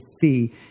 Fee